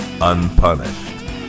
unpunished